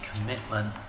commitment